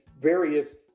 various